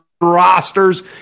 rosters